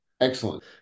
Excellent